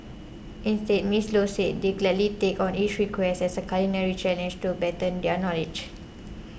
instead Ms Low said they gladly take on each request as a culinary challenge to better their knowledge